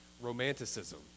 romanticism